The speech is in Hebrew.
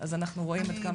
אז אנחנו רואים עד כמה.